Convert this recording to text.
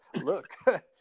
look